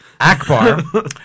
Akbar